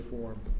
form